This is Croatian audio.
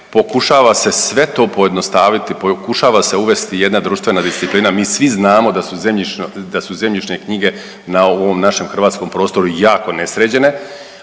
pokušava se sve to pojednostaviti, pokušava se uvesti jedna društvena disciplina. Mi svi znamo da su zemljišne knjige na ovom našem hrvatskom prostoru jako nesređene,